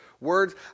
words